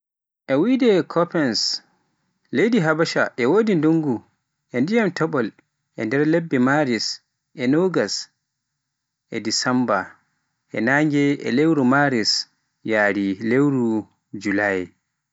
E wiyde Koppens leydi Habasha, e wodi ndungu e dyiman topol e nder lebbe Maris e Agusta e Desemba e nange e lewru Maris yaari lewru lewru julaye.